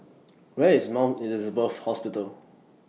Where IS Mount Elizabeth Hospital